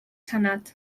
senat